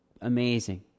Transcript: amazing